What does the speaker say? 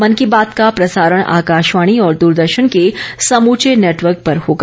मन की बात का प्रसारण आकाशवाणी और दूरदर्शन के समूचे नटवर्क पर होगा